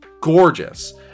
gorgeous